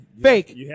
Fake